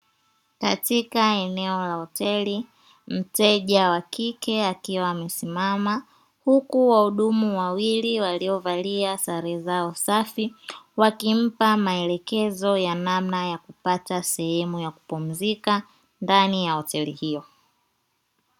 Katika eneo la hoteli, mteja wa kike akiwa amesimama huku wahudumu wawili waliovalia sare zao safi wakimpa maelekezo ya namna ya kupata sehemu ya kupumzika ndani ya hoteli hiyo.